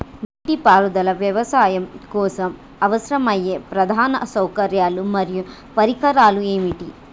నీటిపారుదల వ్యవసాయం కోసం అవసరమయ్యే ప్రధాన సౌకర్యాలు మరియు పరికరాలు ఏమిటి?